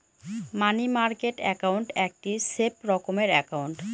মানি market account একটি safe রকমের account